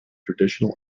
traditional